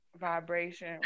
vibration